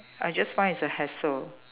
I just find it's a hassle